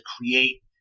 create –